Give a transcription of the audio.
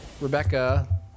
Rebecca